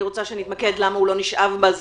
אני רוצה שנתמקד בשאלה למה הוא לא נשאב בזמן.